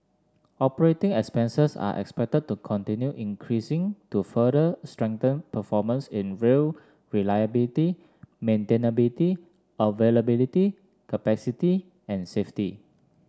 operating expenses are expected to continue increasing to further strengthen performance in rail reliability maintainability availability capacity and safety